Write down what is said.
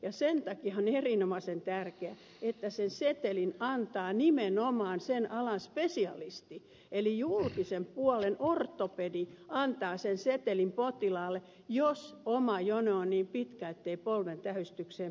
sen takia on erinomaisen tärkeää että sen setelin antaa nimenomaan sen alan spesialisti eli julkisen puolen ortopedi antaa sen setelin potilaalle jos oma jono on niin pitkä ettei polven tähystykseen pääse